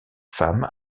femmes